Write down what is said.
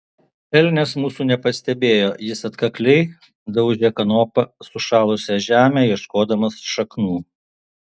elnias mūsų nepastebėjo jis atkakliai daužė kanopa sušalusią žemę ieškodamas šaknų